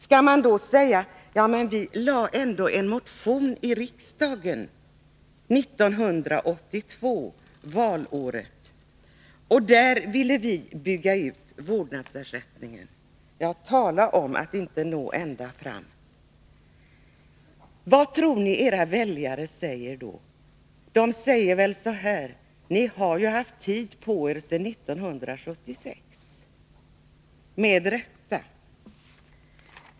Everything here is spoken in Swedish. Skall man då säga: Vi väckte ändå en motion i riksdagen 1982 — valåret — och där föreslogs en utbyggnad av vårdnadsersättningen. Ja, tala om att inte nå ända fram. Vad tror ni att era väljare säger då? De säger väl så här: Ni har ju haft tid på er sedan 1976. Och det sägs med rätta.